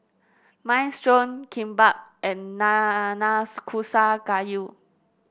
Minestrone Kimbap and Nanakusa Gayu